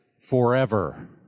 forever